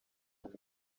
neza